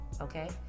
Okay